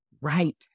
right